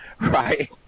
right